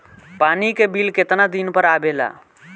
पानी के बिल केतना दिन पर आबे ला?